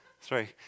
Sorry